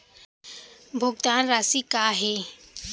भुगतान राशि का हे?